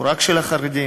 או רק של החרדים?